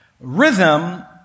Rhythm